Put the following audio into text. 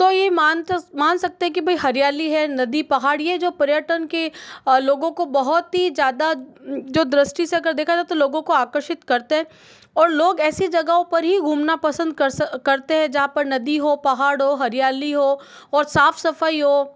तो यह मान तो मान सकते है कि भाई हरियाली है नदी पहाड़ यह जो पर्यटन के लोगों को बहुत ही ज़्यादा जो दृष्टि से अगर देखा जाए तो लोगों को आकर्षित करते हैं और लोग ऐसी जगहों पर ही घूमना पसंद करते हैं जहाँ पर नदी हो पहाड़ हो हरियाली हो और साफ सफाई हो